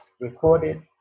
recorded